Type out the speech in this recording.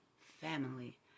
family